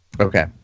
Okay